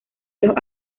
los